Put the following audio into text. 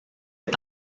est